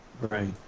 Right